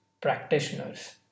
practitioners